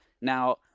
Now